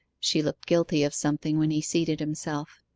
she looked guilty of something when he seated himself.